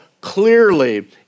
clearly